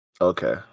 Okay